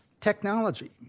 technology